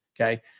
Okay